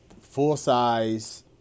full-size